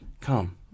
come